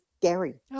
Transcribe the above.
Gary